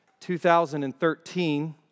2013